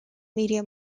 media